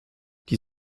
die